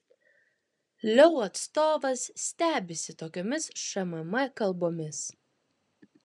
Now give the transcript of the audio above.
leu atstovas stebisi tokiomis šmm kalbomis